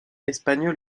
espagnols